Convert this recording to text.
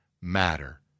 matter